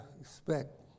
expect